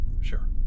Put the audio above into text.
sure